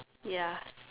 ya